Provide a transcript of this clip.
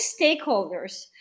stakeholders